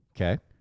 Okay